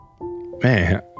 Man